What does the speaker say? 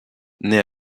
née